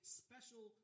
special